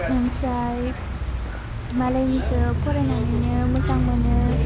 ओमफ्राय मालायनिखौ फरायनानैनो मोजां मोनो